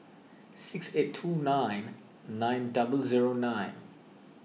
six eight two nine nine double zero nine